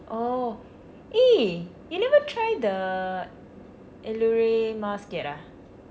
oh eh you never try the allure mask yet ah